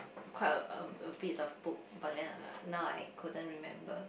quite a a bit of book but then now I couldn't remember